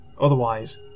Otherwise